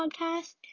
podcast